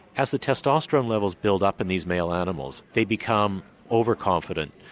as the testosterone levels build up in these male animals, they become overconfident.